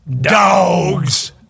dogs